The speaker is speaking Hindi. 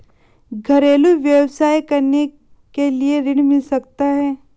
घरेलू व्यवसाय करने के लिए ऋण मिल सकता है?